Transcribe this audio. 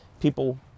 people